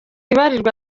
ibarirwa